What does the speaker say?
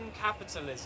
capitalism